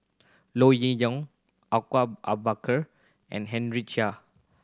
Low Yen Ling Awang ah Bakar and Henry Chia